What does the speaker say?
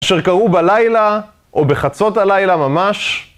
אשר קראו בלילה, או בחצות הלילה ממש.